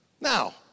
Now